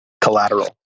Collateral